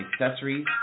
accessories